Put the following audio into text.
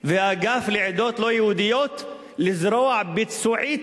והאגף לעדות לא-יהודיות לזרוע ביצועית